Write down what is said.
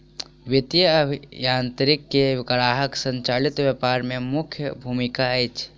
वित्तीय अभियांत्रिकी के ग्राहक संचालित व्यापार में मुख्य भूमिका अछि